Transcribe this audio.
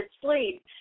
sleep